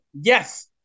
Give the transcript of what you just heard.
yes